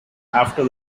after